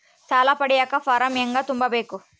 ಸಾಲ ಪಡಿಯಕ ಫಾರಂ ಹೆಂಗ ತುಂಬಬೇಕು?